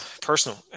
personal